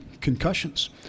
concussions